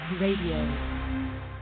Radio